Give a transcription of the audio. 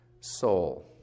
soul